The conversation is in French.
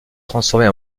transformer